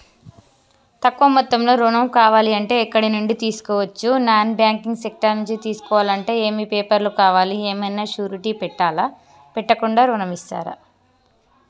తక్కువ మొత్తంలో ఋణం కావాలి అంటే ఎక్కడి నుంచి తీసుకోవచ్చు? నాన్ బ్యాంకింగ్ సెక్టార్ నుంచి తీసుకోవాలంటే ఏమి పేపర్ లు కావాలి? ఏమన్నా షూరిటీ పెట్టాలా? పెట్టకుండా ఋణం ఇస్తరా?